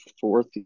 fourth